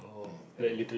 mm value